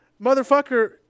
motherfucker